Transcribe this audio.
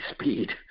speed